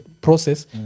process